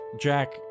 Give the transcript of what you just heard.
Jack